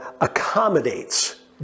accommodates